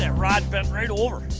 and rod bent right over!